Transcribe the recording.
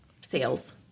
sales